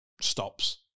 stops